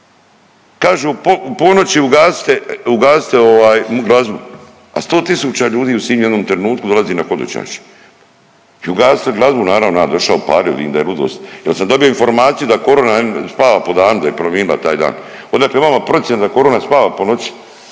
kažu u ponoći ugasite glazbu, a sto tisuća ljudi u Sinju u jednom trenutku dolazi na hodočašće i ugasite glazbu. Naravno ja došao upalio vidim da je ludost, jel sam dobio informaciju da korona spava po danu da je prominila taj dan. Odakle vama procjena da korona spava po noći,